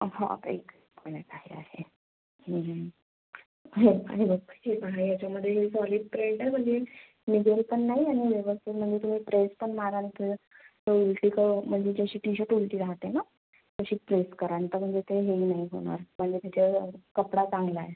हा एक मिनीट आहे आहे हे घ्या हे पाहा हे बघा हे आहे ह्याच्यामध्ये हे सॉलिड प्रिंट म्हणजे निघेल पण नाही आणि व्यवस्थित म्हणजे तुम्ही प्रेस पण माराल तर तिचं म्हणजे जशी टीशर्ट उलटी राहते ना तशी प्रेस करा आणि नंतरून येथे हेही नाही होणार म्हणजे त्याचं कपडा चांगला आहे